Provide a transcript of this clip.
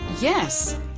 Yes